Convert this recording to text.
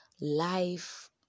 life